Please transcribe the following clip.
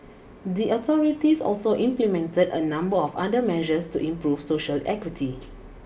the authorities also implemented a number of other measures to improve social equity